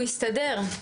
הוא יסתדר,